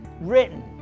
written